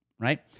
right